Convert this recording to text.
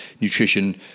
nutrition